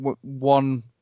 one